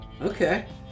Okay